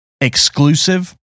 exclusive